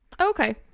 Okay